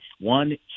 one